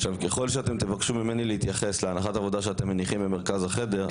עכשיו ככל שאתם תבקשו ממני להתייחס להנחת עבודה שאתם מניחים במרכז החדר,